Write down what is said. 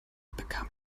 bekam